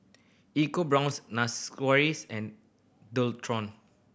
EcoBrown's and Dualtron